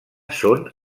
són